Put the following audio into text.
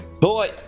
Boy